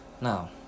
Now